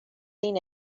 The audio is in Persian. این